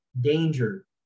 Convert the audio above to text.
danger